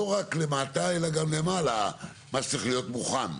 לא רק למטה, אלא גם למעלה מה שצריך להיות מוכן.